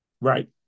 Right